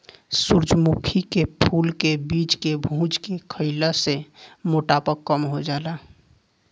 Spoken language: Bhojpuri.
सूरजमुखी के फूल के बीज के भुज के खईला से मोटापा कम हो जाला